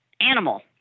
animal